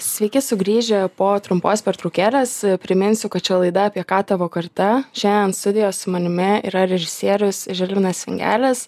sveiki sugrįžę po trumpos pertraukėlės priminsiu kad čia laida apie ką tavo karta šiandien studijoj su manimi yra režisierius žilvinas vingelis